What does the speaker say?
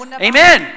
Amen